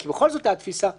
התפיסה היא,